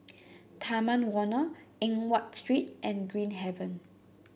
Taman Warna Eng Watt Street and Green Haven